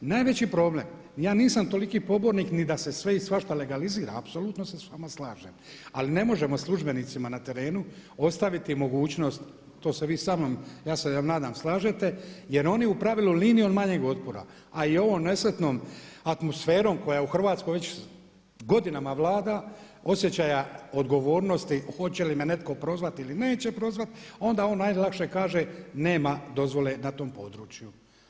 I najveći problem, ja nisam toliki pobornik ni da se sve i svašta legalizira, apsolutno se sa vama slažem, ali ne možemo službenicima na terenu ostaviti mogućnost, to se vi sa mnom, ja se nadam slažete jer oni u pravilu linijom manjeg otpora ali i ovom nesretnom atmosferom koja je u Hrvatskoj već godinama vlada osjećaja odgovornosti hoće li me netko prozvati ili neće prozvati, onda on najlakše kaže nema dozvole na tom području.